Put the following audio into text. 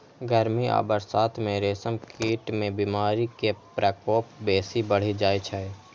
गर्मी आ बरसात मे रेशम कीट मे बीमारी के प्रकोप बेसी बढ़ि जाइ छै